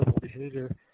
behavior